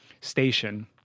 station